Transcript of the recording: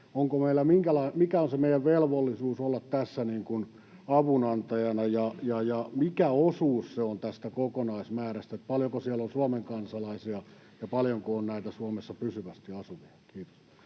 Mikä on meidän velvollisuutemme olla tässä avunantajana, ja mikä osuus se on tästä kokonaismäärästä? Paljonko siellä on Suomen kansalaisia, ja paljonko on näitä Suomessa pysyvästi asuvia? — Kiitos.